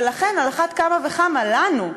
ולכן על אחת כמה וכמה לנו,